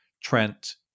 Trent